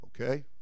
Okay